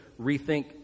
rethink